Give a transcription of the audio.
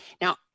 Now